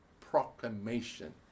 proclamation